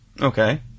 Okay